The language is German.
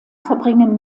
verbringen